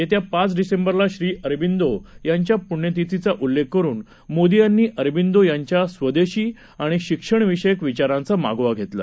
येत्या पाच डिसेंबरला श्री अरबिंदो यांच्या पृण्यतिथीचा उल्लेख करून मोदी यांनी अरबिंदो यांच्या स्वदेशी आणि शिक्षणविषयक विचारांचा मागोवा घेतला